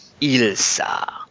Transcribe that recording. Ilsa